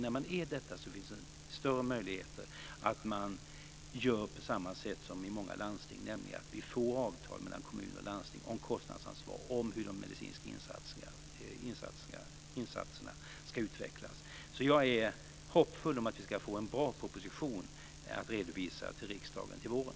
När de nu är överens finns det större möjligheter att göra på samma sätt som i många landsting, nämligen skriva avtal mellan kommuner och landsting om kostnadsansvar och hur de medicinska insatserna ska utvecklas. Jag är hoppfull om att vi ska få en bra proposition att redovisa för riksdagen till våren.